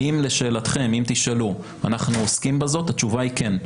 אם תשאלו האם אנחנו עוסקים בזה, התשובה היא כן,